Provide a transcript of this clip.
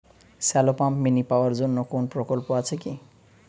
Shallow pump mini power জন্য কোনো প্রকল্প আছে কি?